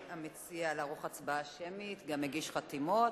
המציע ביקש לערוך הצבעה שמית, גם הגיש חתימות,